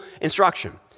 instruction